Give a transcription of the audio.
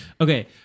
Okay